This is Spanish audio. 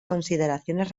consideraciones